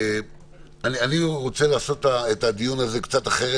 אני רוצה לעשות את הדיון הזה קצת אחרת,